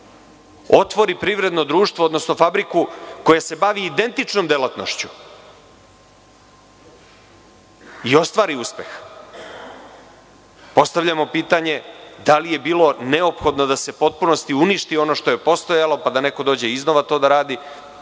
otvori privredno društvo, odnosno fabriku koja se bavi identičnom delatnošću i ostvari uspeh. Postavljamo pitanje – da li je bilo neophodno da se u potpunosti uništi ono što je postojalo, pa da neko dođe iznova to da radi?